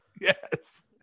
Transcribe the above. Yes